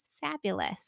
fabulous